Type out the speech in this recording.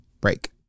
break